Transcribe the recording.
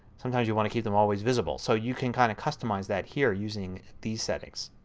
sometimes you want to keep them always visible. so you can kind of customize that here using these settings.